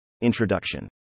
Introduction